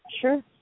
Sure